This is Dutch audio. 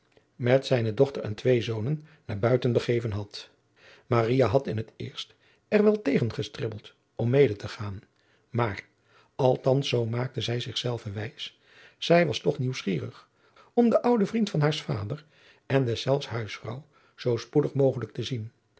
met zijne dochter en twee zonen naar buiten begeven had maria had in het eerst er wel tegen gestribbeld om mede te gaan maar althans zoo maakte zij zich zelve wijs zij was toch nieuwsgierig om den ouden vriend van haar vader en deszelfs huisvrouw zoo spoedig mogelijk te zien